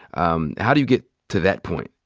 um how do you get to that point?